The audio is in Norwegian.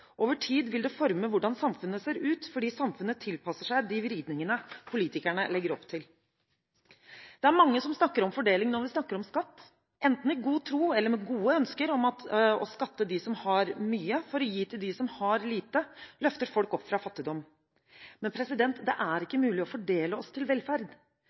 Over tid vil det forme hvordan samfunnet ser ut, fordi samfunnet tilpasser seg de vridningene politikerne legger opp til. Det er mange som snakker om fordeling når vi snakker om skatt – enten i god tro eller med gode ønsker om at det å skattlegge dem som har mye for å gi til dem som har lite, løfter folk opp fra fattigdom. Men det er ikke mulig å fordele oss til velferd.